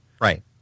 Right